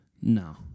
no